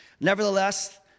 Nevertheless